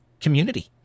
community